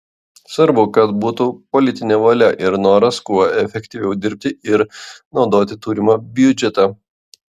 svarbu kad būtų politinė valia ir noras kuo efektyviau dirbti ir naudoti turimą biudžetą